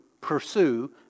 pursue